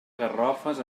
garrofes